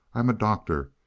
i'm a doctor.